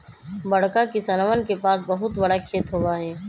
बड़का किसनवन के पास बहुत बड़ा खेत होबा हई